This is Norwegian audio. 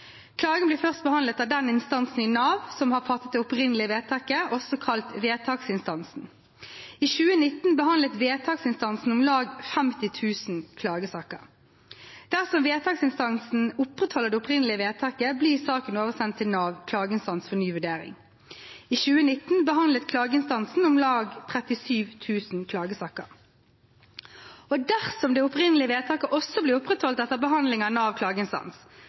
Klagen blir først behandlet av den instansen i Nav som har fattet det opprinnelige vedtaket, også kalt vedtaksinstansen. I 2019 behandlet vedtaksinstansen om lag 50 000 klagesaker. Dersom vedtaksinstansen opprettholder det opprinnelige vedtaket, blir saken oversendt til Nav klageinstans for ny vurdering. I 2019 behandlet klageinstansen om lag 37 000 klagesaker. Dersom det opprinnelige vedtaket også blir opprettholdt etter behandling av Nav klageinstans,